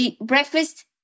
breakfast